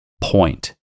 point